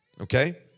Okay